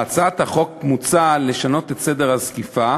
בהצעת החוק מוצע לשנות את סדר הזקיפה